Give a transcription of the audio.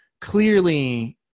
clearly